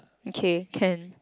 okay can